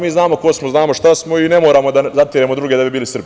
Mi znamo ko smo, znamo šta smo i ne moramo da zatiremo druge da bi bili Srbi.